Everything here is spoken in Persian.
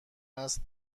است